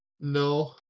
No